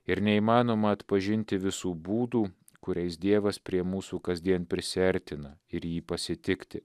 ir neįmanoma atpažinti visų būdų kuriais dievas prie mūsų kasdien prisiartina ir jį pasitikti